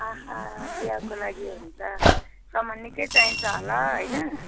आहा बिहाको लागि हो भने त सामान निकै चाहिन्छ होला होइन